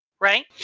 right